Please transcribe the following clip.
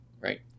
right